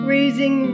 raising